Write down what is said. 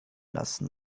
lassen